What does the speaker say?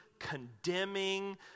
condemning